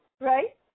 Right